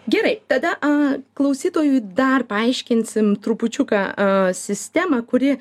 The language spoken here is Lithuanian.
gerai tada a klausytojui dar paaiškinsim trupučiuką sistemą kuri